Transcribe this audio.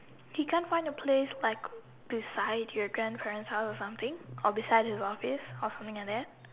he can't find a place like beside your grand grand house or something or beside the office or something like that